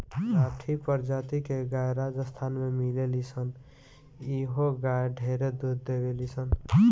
राठी प्रजाति के गाय राजस्थान में मिलेली सन इहो गाय ढेरे दूध देवेली सन